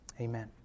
amen